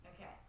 Okay